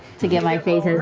to get my face as